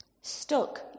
stuck